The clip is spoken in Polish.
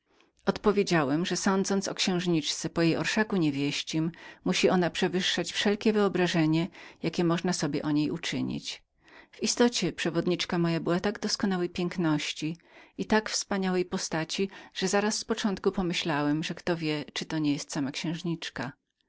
odpowiedziałem że sądząc o księżniczce po jej orszaku niewieścim musiała ona przewyższać wszelkie wyobrażenie jakie można było sobie o niej uczynić w istocie przewodniczka moja była tak doskonałej piękności i tak wspaniałej postaci że zaraz z początku pomyślałem że kto wie czyli to nie była sama księżniczka